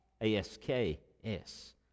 A-S-K-S